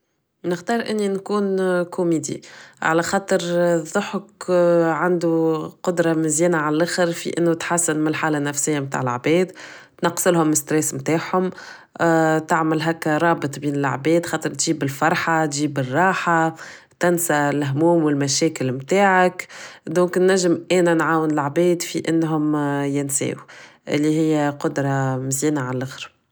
نختار اني نكون كوميدي على خاطر الضحك عندو قدرة مزيانة علخر في انو تحسن ملحالة النفسية متاع العباد تنقصلهم الستراس متاعهم تعمل هكا رابط بين العباد خاطر تجيب الفرحة تجيب الراحة تنسى الهموم و المشاكل متاعك دونك نجم انا نعاون العباد في انهم ينساو اللي هي قدرة مزيانة علخر